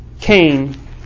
Cain